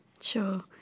Sure